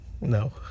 no